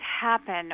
happen